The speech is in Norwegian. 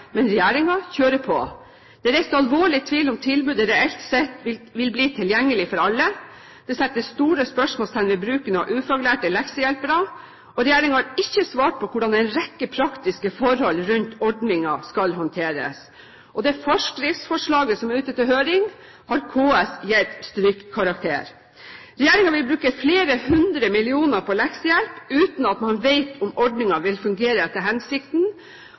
men regjeringen kjører på. Det er reist alvorlig tvil om tilbudet reelt sett vil bli tilgjengelig for alle, det setter store spørsmålstegn ved bruken av ufaglærte leksehjelpere, og regjeringen har ikke svart på hvordan en rekke praktiske forhold rundt ordningen skal håndteres. Det forskriftsforslaget som er ute til høring, har KS gitt strykkarakter. Regjeringen vil bruke flere hundre millioner på leksehjelp, uten at man vet om ordningen vil fungere etter hensikten,